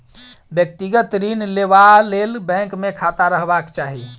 व्यक्तिगत ऋण लेबा लेल बैंक मे खाता रहबाक चाही